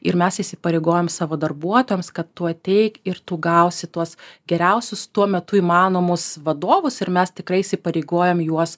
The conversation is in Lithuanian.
ir mes įsipareigojam savo darbuotojams kad tu ateik ir tu gausi tuos geriausius tuo metu įmanomus vadovus ir mes tikrai įsipareigojam juos